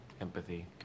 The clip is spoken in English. Empathy